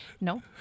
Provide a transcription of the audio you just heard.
No